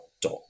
dot